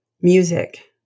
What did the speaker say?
music